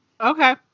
Okay